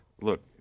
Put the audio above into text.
Look